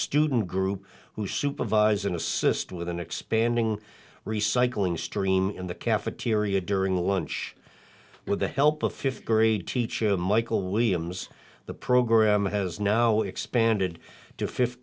student group who supervise and assist with an expanding recycling stream in the cafeteria during lunch with the help of fifth grade teacher michael williams the program has now expanded to fifth